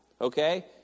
Okay